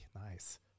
nice